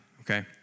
okay